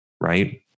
right